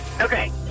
Okay